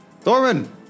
Thorman